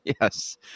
Yes